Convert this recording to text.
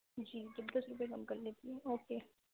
جی تو دس روپے کم کر لیتی ہوں اوکے